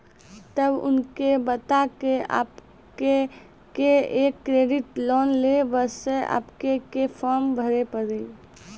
तब उनके बता के आपके के एक क्रेडिट लोन ले बसे आपके के फॉर्म भरी पड़ी?